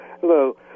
Hello